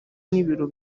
n’ibiro